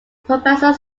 professor